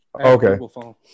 Okay